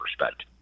respect